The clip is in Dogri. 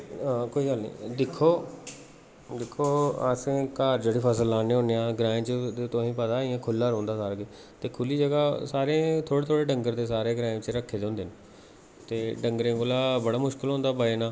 कोई गल्ल निं दिक्खो दिक्खो असें घाऽ जेह्ड़े पास्सै लान्ने होन्ने आं ग्राएं च ते तुसें ई पता इ'यां खु'ल्ला रौंह्दा सारा किश ते खु'ल्ली जगह् सारें थोह्ड़े थोह्ड़े डंगर ते सारें ग्राएं च रक्खे दे होंदे न ते डंगरें कोला बड़ा मुश्कल होंदा बचना